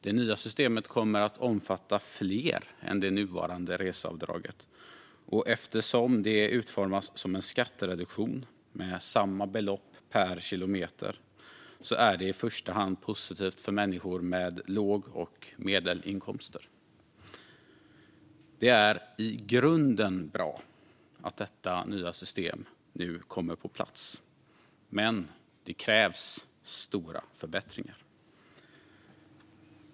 Det nya systemet kommer att omfatta fler än det nuvarande reseavdraget, och eftersom det utformas som en skattereduktion med samma belopp per kilometer är det i första hand positivt för människor med låga inkomster eller medelinkomster. Det är i grunden bra att detta nya system nu kommer på plats, men det krävs stora förbättringar.